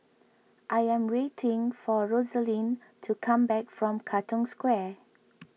I am waiting for Rosaline to come back from Katong Square